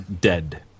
dead